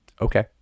Okay